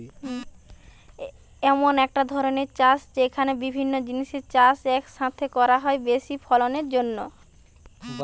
এমন একটা ধরণের চাষ যেখানে বিভিন্ন জিনিসের চাষ এক সাথে করা হয় বেশি ফলনের জন্যে